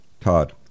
Todd